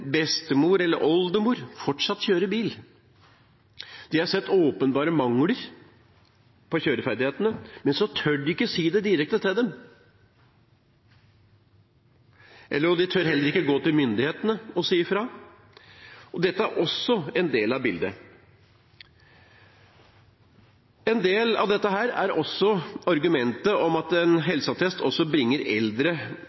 bestemor eller oldemor fortsatt kjører bil. De har sett åpenbare mangler ved kjøreferdighetene, men så tør de ikke si det direkte til dem, og de tør heller ikke gå til myndighetene og si fra. Dette er også en del av bildet. Argumentet om at en helseattest også bringer eldre til legen, og at